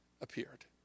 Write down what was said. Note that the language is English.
appeared